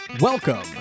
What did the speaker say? welcome